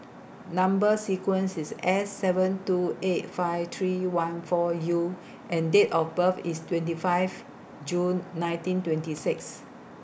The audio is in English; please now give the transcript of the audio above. Number sequence IS S seven two eight five three one four U and Date of birth IS twenty five June nineteen twenty six